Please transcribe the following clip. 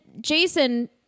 Jason